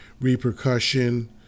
repercussion